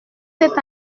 cet